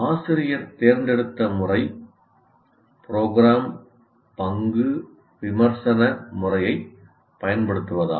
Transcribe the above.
ஆசிரியர் தேர்ந்தெடுத்த முறை ப்ரோக்ராம் பங்கு விமர்சன முறையைப் பயன்படுத்துவதாகும்